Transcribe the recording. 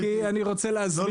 כי אני רוצה להסביר ככה --- לא,